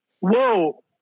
Whoa